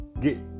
get